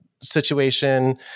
situation